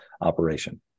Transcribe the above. operation